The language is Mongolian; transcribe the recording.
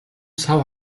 сав